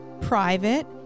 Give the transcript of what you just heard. private